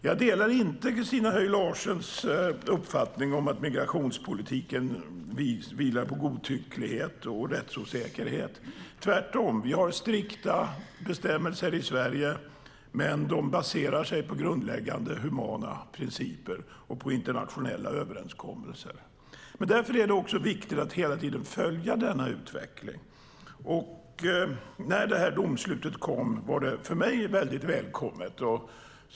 Jag delar inte Christina Höj Larsens uppfattning att migrationspolitiken vilar på godtycklighet och rättsosäkerhet. Tvärtom - vi har strikta bestämmelser i Sverige, men de baserar sig på grundläggande humana principer och på internationella överenskommelser. Därför är det också viktigt att hela tiden följa denna utveckling. När domslutet kom var det för mig välkommet.